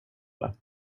det